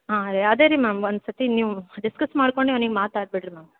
ಹಾಂ ರೀ ಅದೇ ರೀ ಮ್ಯಾಮ್ ಒಂದು ಸರ್ತಿ ನೀವು ಡಿಸ್ಕಸ್ ಮಾಡ್ಕೊಂಡು ಅವ್ನಿಗೆ ಮಾತಾಡಿಬಿಡ್ರಿ ಮ್ಯಾಮ್